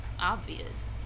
Obvious